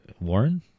Warren